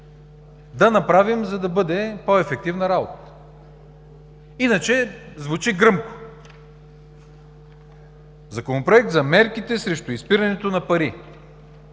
да направим, за да бъде по-ефективна работата. Иначе, звучи гръмко: Законопроект за мерките срещу изпирането на пари.